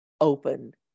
open